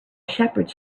shepherds